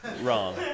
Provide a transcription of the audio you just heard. Wrong